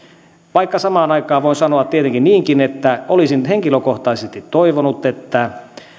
vaikka samaan aikaan voin sanoa tietenkin niinkin että olisin henkilökohtaisesti toivonut että